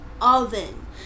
oven